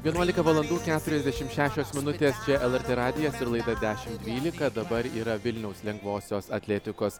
vienuolika valandų keturiasdešimt šešios minutės čia lrt radijas ir laida dešimt dvylika dabar yra vilniaus lengvosios atletikos